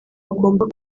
agomba